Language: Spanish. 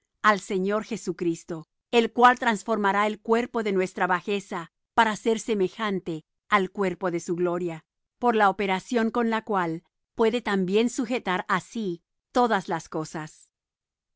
al señor jesucristo el cual transformará el cuerpo de nuestra bajeza para ser semejante al cuerpo de su gloria por la operación con la cual puede también sujetar á sí todas las cosas